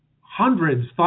hundreds